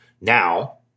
now